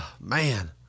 man